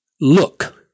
Look